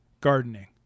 gardening